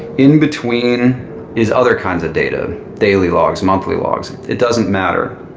in between is other kinds of data daily logs, monthly logs. it doesn't matter.